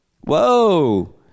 Whoa